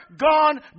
gone